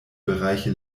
bereiche